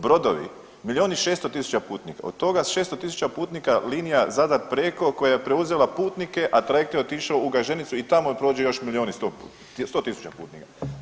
Brodovi, milijun i 600 tisuća putnika, od toga 600 tisuća putnika linija Zadar-Preko koja je preuzela putnike, a trajekt je otišao u Gaženicu i tamo prođe još milijun i 100 tisuća putnika.